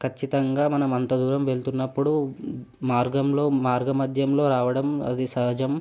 ఖచ్చితంగా మనం అంతా దూరం వెళ్తున్నప్పుడు మార్గంలో మార్గమధ్యంలో రావడం అది సహజం